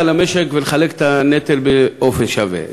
כדי באמת לסייע למשק ולחלק את הנטל באופן שווה,